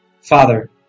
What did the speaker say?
Father